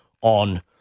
on